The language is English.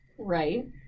Right